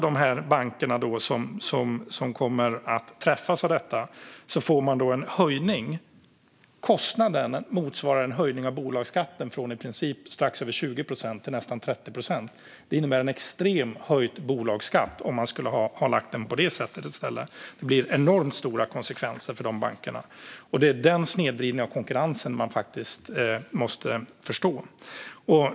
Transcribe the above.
De banker som kommer att träffas av detta får en höjning: Kostnaden motsvarar i princip en höjning av bolagsskatten från strax över 20 procent till nästan 30 procent, en extrem höjning av bolagsskatten om man skulle ha lagt den på det sättet i stället. Det blir enormt stora konsekvenser för dessa banker, och det är den snedvridningen av konkurrensen man måste förstå.